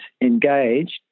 engaged